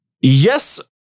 Yes